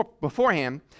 beforehand